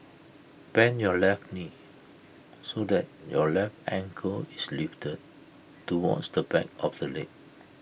bend your left knee so that your left ankle is lifted towards the back of the leg